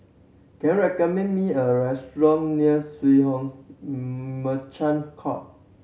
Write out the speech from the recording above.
can you recommend me a restaurant near Merchant Court